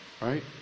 right